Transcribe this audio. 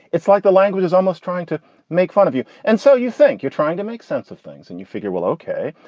it's like the language is almost trying to make fun of you. and so you think you're trying to make sense of things and you figure, well, ok,